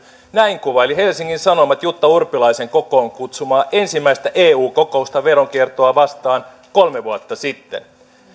näin kuvaili helsingin sanomat jutta urpilaisen kokoon kutsumaa ensimmäistä eu kokousta veronkiertoa vastaan kolme vuotta sitten